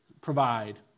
provide